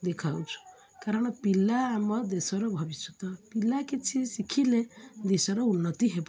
ଦେଖାଉଛୁ କାରଣ ପିଲା ଆମ ଦେଶର ଭବିଷ୍ୟତ ପିଲା କିଛି ଶିଖିଲେ ଦେଶର ଉନ୍ନତି ହେବ